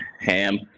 Ham